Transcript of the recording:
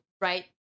right